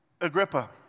Agrippa